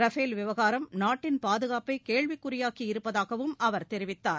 Rafale விவகாரம் நாட்டின் பாதுகாப்பை கேள்விக்குறியாக்கி இருப்பதாகவும் அவர் தெரிவித்தார்